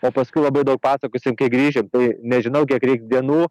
o paskui labai daug pasakosim kai grįšim tai nežinau kiek reiks dienų